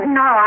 no